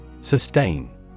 Sustain